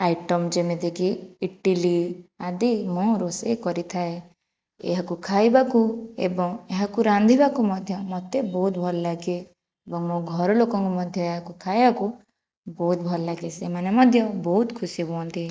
item ଯେମିତିକି ଇଟିଲି ଆଦି ମୁଁ ରୋଷେଇ କରିଥାଏ ଏହାକୁ ଖାଇବାକୁ ଏବଂ ଏହାକୁ ରାନ୍ଧିବାକୁ ମଧ୍ୟ ମୋତେ ବହୁତ ଭଲ ଲାଗେ ଏବଂ ମୋ ଘରଲୋକଙ୍କୁ ମଧ୍ୟ ଏହାକୁ ଖାଇବାକୁ ବହୁତ ଭଲ ଲାଗେ ସେମାନେ ମଧ୍ୟ ବହୁତ ଖୁସି ହୁଅନ୍ତି